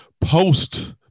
post